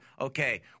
okay